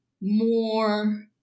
more